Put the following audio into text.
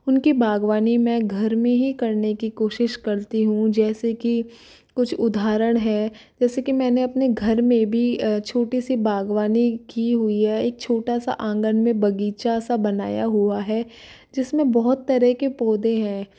उनकी बागवानी मैं घर में ही करने की कोशिश करती हूँ जैसे कि कुछ उदाहरण है जैसे कि मैंने अपने घर में भी छोटी सी बागवानी की हुई है एक छोटा सा आंगन में बगीचा सा बनाया हुआ है जिसमें बहुत तरह के पौधे हैं